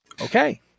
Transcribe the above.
Okay